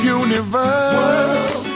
universe